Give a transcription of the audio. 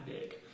big